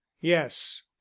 yes